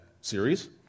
series